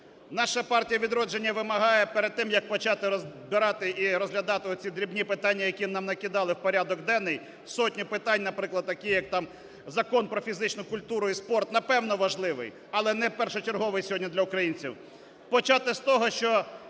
Наша партія "Відродження" вимагає перед тим, як почати розбирати і розглядати оці дрібні питання, які нам накидали у порядок денний, сотні питань, наприклад такі, як там Закон про фізичну культуру і спорт, напевно, важливий, але не першочерговий сьогодні для українців. Почати з того, що